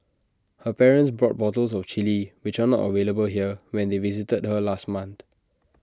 her parents brought bottles of Chilli which are not available here when they visited her last month